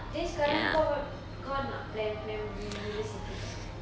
then sekarang kau kau nak plan plan pergi university tak